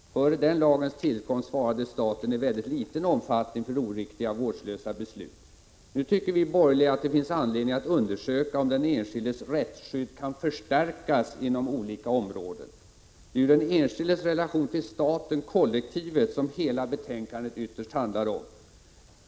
Dessförinnan ansvarade staten i mycket liten omfattning för oriktiga och vårdslösa beslut. Vi borgerliga tycker nu att det finns anledning att undersöka, om den enskildes rättsskydd kan förstärkas inom olika områden. Det är ju den enskildes relation till staten/kollektivet som hela betänkandet ytterst handlar om.